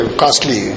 costly